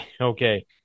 Okay